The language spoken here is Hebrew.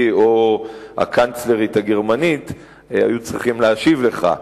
או הקנצלרית הגרמנית היו צריכים להשיב לך.